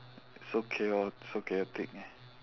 it's so chao~ it's so chaotic